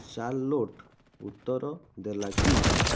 Charlotte ଉତ୍ତର ଦେଲା କି